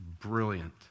Brilliant